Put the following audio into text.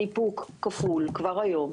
כבר היום,